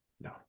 No